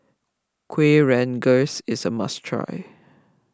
Kuih Rengas is a must try